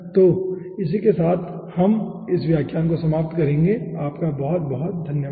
तो इसी के साथ हम इस व्याख्यान को समाप्त करेंगे धन्यवाद